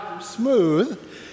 Smooth